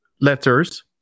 letters